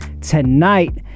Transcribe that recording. tonight